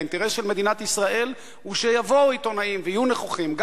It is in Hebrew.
כי האינטרס של מדינת ישראל הוא שיבואו עיתונאים ויהיו נוכחים,